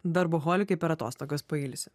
darboholikai per atostogas pailsi